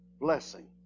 blessing